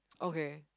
okay